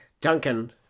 Duncan